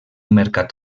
mercat